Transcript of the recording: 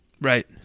Right